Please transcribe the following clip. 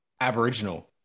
Aboriginal